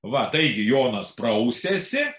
va taigi jonas prausėsi